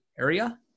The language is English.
area